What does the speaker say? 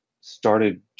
started